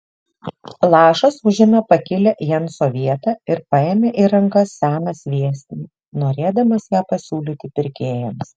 lašas užėmė pakilią jenso vietą ir paėmė į rankas seną sviestinę norėdamas ją pasiūlyti pirkėjams